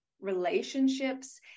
relationships